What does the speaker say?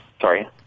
sorry